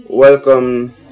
Welcome